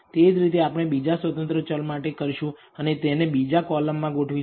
તે જ રીતે આપણે બીજા સ્વતંત્ર ચલ માટે કરશું અને તેને બીજા કોલમ માં ગોઠવીશું